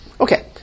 Okay